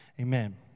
amen